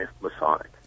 Masonic